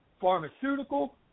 pharmaceutical